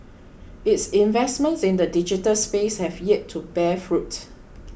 its investments in the digital space have yet to bear fruit